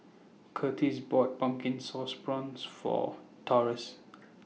Kurtis bought Pumpkin Sauce Prawns For Taurus